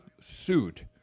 suit